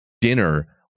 dinner